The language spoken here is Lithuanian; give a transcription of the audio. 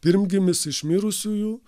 pirmgimis iš mirusiųjų